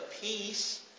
peace